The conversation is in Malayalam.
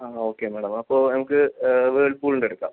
ആ ഓക്കെ മാഡം അപ്പോൾ ഞങ്ങൾക്ക് വേൾപൂളിൻ്റ എടുക്കാം